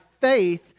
faith